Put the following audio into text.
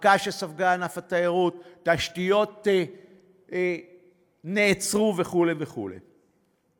המכה שספג ענף התיירות, תשתיות שנעצרו וכו' וכו'.